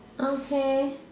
okay